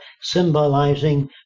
symbolizing